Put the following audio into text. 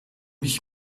mich